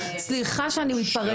סליחה שאני מתפרצת,